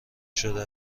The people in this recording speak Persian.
شده